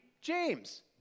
James